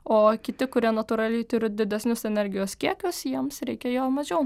o kiti kurie natūraliai turi didesnius energijos kiekius jiems reikia jo mažiau